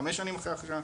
חמש שנים אחרי ההכשרה,